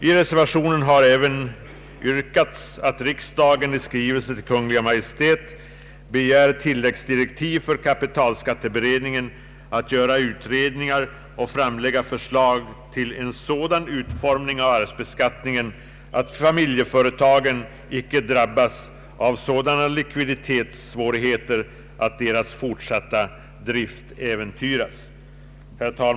I reservationen har även yrkats att riksdagen i skrivelse till Kungl. Maj:t begär tilläggsdirektiv för kapitalskatteberedningen att göra utredningar och framlägga förslag till en sådan utformning av arvsbeskattningen att familjeföretagen inte drabbas av sådana likviditetssvårigheter att deras fortsatta drift äventyras. Herr talman!